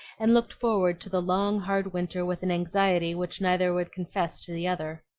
and looked forward to the long hard winter with an anxiety which neither would confess to the other.